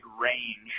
range